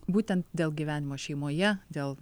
būtent dėl gyvenimo šeimoje dėl